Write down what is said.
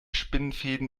spinnenfäden